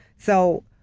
so,